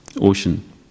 ocean